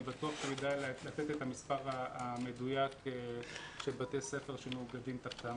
אני בטוח שהוא ידע לתת את המספר המדויק של בתי ספר שמאוגדים תחתיו.